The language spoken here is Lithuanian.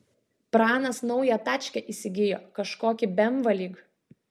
pranas naują tačkę įsigijo kažkokį bemvą lyg